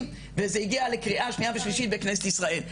וזה הגיע לקריאה שנייה ושלישית בכנסת ישראל,